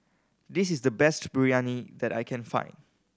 this is the best Biryani that I can find